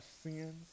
sins